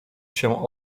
się